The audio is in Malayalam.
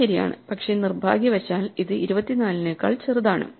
ഇത് ശരിയാണ് പക്ഷേ നിർഭാഗ്യവശാൽ ഇത് 24 നേക്കാൾ ചെറുതാണ്